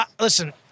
listen